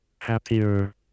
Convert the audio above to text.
happier